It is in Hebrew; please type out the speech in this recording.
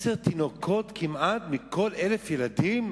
עשרה תינוקות כמעט מכל 1,000 ילדים?